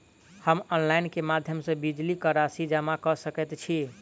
हम ऑनलाइन केँ माध्यम सँ बिजली कऽ राशि जमा कऽ सकैत छी?